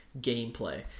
gameplay